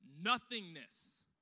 nothingness